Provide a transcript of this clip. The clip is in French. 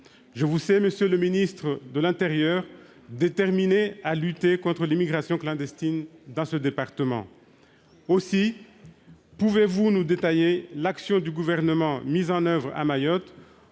sur nos côtes. Monsieur le ministre de l'intérieur, je vous sais déterminé à lutter contre l'immigration clandestine dans ce département. Aussi, pouvez-vous nous détailler l'action du Gouvernement mise en oeuvre à Mayotte